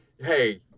Hey